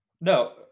No